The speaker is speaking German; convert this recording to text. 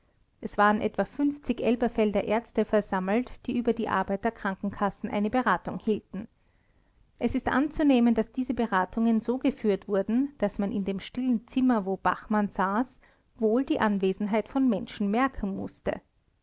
es waren etwa elberfelder ärzte versammelt die über die arbeiter krankenkassen eine beratung hielten es ist anzunehmen daß diese beratungen so geführt wurden daß man in dem stillen zimmer wo bachmann saß wohl die anwesenheit von menschen merken mußte